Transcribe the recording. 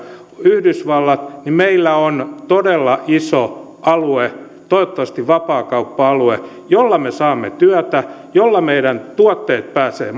yhdysvallat niin meillä on todella iso alue toivottavasti vapaakauppa alue jolla me saamme työtä jolla meidän tuotteet pääsevät